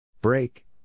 Break